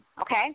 Okay